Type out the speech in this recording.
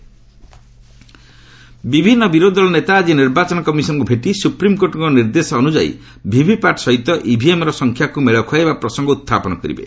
ଅପୋକିସନ୍ EVM ବିଭିନ୍ନ ବିରୋଧୀ ଦଳର ନେତା ଆଜି ନିର୍ବାଚନ କମିଶନ୍ଙ୍କୁ ଭେଟି ସୁପ୍ରିମ୍କୋର୍ଟଙ୍କ ନିର୍ଦ୍ଦେଶ ଅନୁଯାୟୀ ଭିଭିପାଟ୍ ସହିତ ଇଭିଏମ୍ର ସଂଖ୍ୟାକୁ ମେଳ ଖୁଆଇବା ପ୍ରସଙ୍ଗ ଉହାପନ କରିବେ